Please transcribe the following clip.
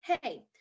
hey